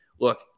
Look